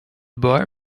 boy